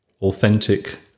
authentic